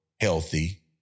healthy